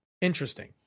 Interesting